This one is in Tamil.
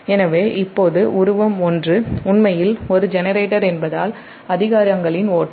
எனவே இப்போது உருவம் 1 உண்மையில் ஒரு ஜெனரேட்டர் என்பதால் அதிகாரங்களின் ஓட்டம்